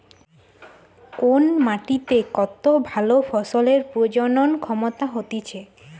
কোন মাটিতে কত ভালো ফসলের প্রজনন ক্ষমতা হতিছে